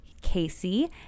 Casey